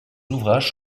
ouvrages